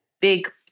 big